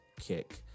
kick